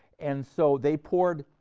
and, so, they poured